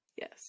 Yes